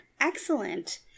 Excellent